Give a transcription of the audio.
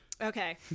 Okay